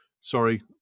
sorry